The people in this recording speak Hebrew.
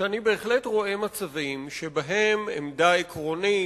שאני בהחלט רואה מצבים שבהם עמדה עקרונית,